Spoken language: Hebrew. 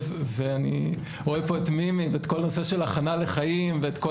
אני רואה פה את מימי ואת כל הנושא של הכנה לחיים ואת כל